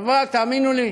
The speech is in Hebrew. עבד, תאמינו לי,